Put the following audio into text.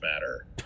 Matter